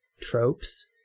tropes